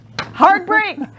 Heartbreak